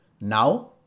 now